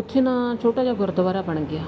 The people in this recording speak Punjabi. ਉੱਥੇ ਨਾ ਛੋਟਾ ਜਿਹਾ ਗੁਰਦੁਆਰਾ ਬਣ ਗਿਆ